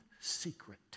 secret